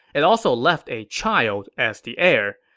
it also left a child as the heir.